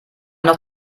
noch